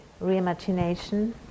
Reimagination